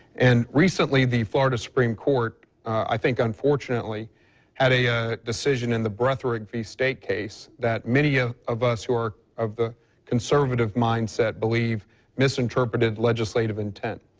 and recently the florida supreme court i think unfortunately had a decision in the but like the state case that many ah of us who are of the conservative mind set believe misinterpreted legislative intent.